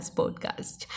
podcast